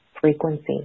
frequency